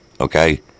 okay